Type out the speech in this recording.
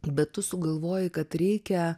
bet tu sugalvojai kad reikia